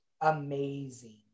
amazing